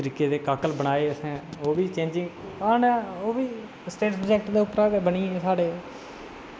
जेह्के एह् काकल बनाये असें ओह्बी चेंज़िंग ऐ ना ओह्बी स्टेट सब्जेक्ट उप्परा गै बनी साढ़े